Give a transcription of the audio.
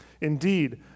Indeed